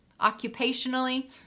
occupationally